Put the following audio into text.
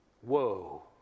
Whoa